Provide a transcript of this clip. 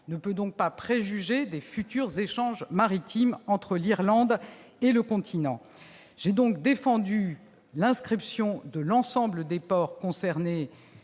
ne peut donc pas préjuger les futurs échanges maritimes entre l'Irlande et le continent. J'ai donc défendu l'inscription de l'ensemble des ports concernés